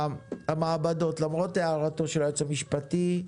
המעבדות, למרות הערתו של היועץ המשפטי,